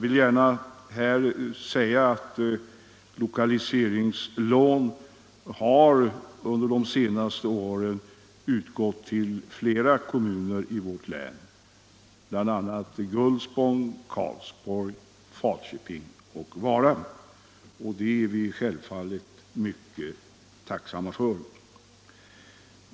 Lokaliseringslån har ju under de senaste åren utgått till flera kommuner i vårt län, bl.a. Gullspång, Karlsborg, Falköping och Vara, och det är vi självfallet mycket tacksamma för.